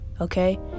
Okay